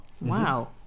Wow